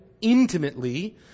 intimately